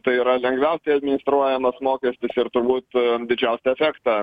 tai yra lengviausiai administruojamas mokestis ir turbūt didžiausią efektą